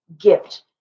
gift